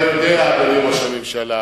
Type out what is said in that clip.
אתה יודע, אדוני ראש הממשלה,